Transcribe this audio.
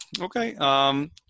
Okay